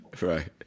Right